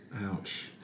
Ouch